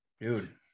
dude